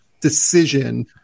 decision